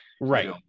right